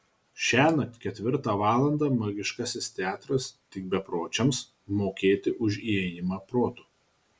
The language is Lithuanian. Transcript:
šiąnakt ketvirtą valandą magiškasis teatras tik bepročiams mokėti už įėjimą protu